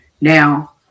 Now